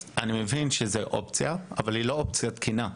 אז אני מבין שזו אופציה, אבל זו לא אופציה תקינה.